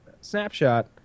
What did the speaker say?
snapshot